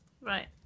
Right